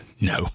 No